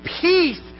peace